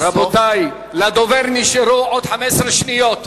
רבותי, נשארו לדובר עוד 15 שניות,